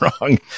wrong